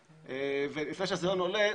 ולפני שהסרטון עולה,